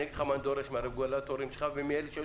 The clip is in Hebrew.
אני אגיד לך מה אני דורש מהרגולטורים שלך ומאלה שהיו